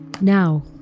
Now